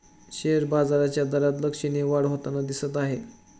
share बाजाराच्या दरात लक्षणीय वाढ होताना दिसत आहे